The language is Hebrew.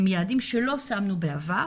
יעדים שלא שמנו בעבר,